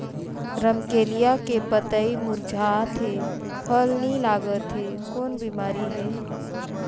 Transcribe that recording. रमकलिया के पतई मुरझात हे फल नी लागत हे कौन बिमारी हे?